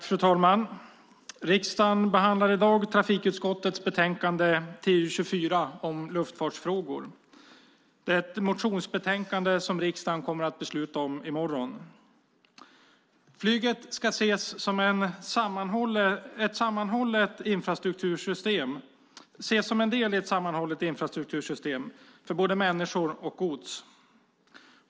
Fru talman! Riksdagen behandlar nu trafikutskottets betänkande TU24 om luftfartsfrågor. Det är ett motionsbetänkande som riksdagen kommer att besluta om i morgon. Flyget ska ses som en del i ett sammanhållet infrastruktursystem för både människor och gods.